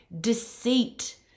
deceit